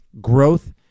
growth